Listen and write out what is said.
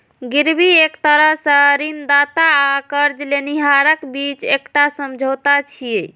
गिरवी एक तरह सं ऋणदाता आ कर्ज लेनिहारक बीच एकटा समझौता छियै